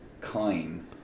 claim